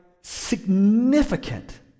significant